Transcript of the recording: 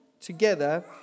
together